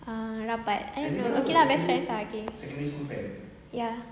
ah rapat I don't know okay lah best friends ah okay ya